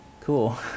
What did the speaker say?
Cool